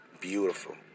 beautiful